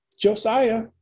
Josiah